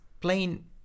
plain